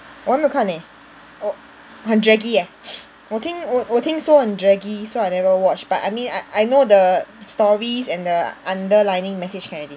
我还没有看 leh 很 draggy ah 我听我我听说很 draggy so I never watch but I mean I I know the stories and the underlining message can already